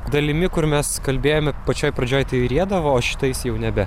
dalimi kur mes kalbėjome pačioj pradžioj tai rieda o šitais jau nebe